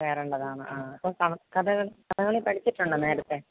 കയറേണ്ടതാണ് ആ അപ്പോൾ ക കഥകളി കഥകളി പഠിച്ചിട്ടുണ്ടോ നേരത്തെ